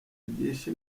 kugisha